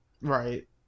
Right